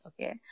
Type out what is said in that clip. Okay